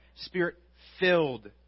Spirit-filled